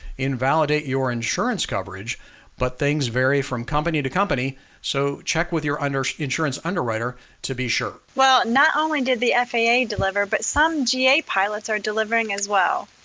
invalidate your insurance coverage but things vary from company to company so check with your and insurance underwriter to be sure. well, not only did the faa deliver but some ga pilots are delivering as well.